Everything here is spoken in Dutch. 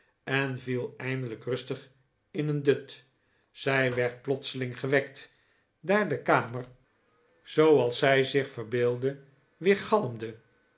en viel eindelijk rustig in een dut zij werd plotseling gewekt daar de kamer zooals ma arten chuzzlewit zij zich verbeeldde